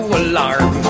alarm